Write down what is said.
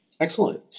Excellent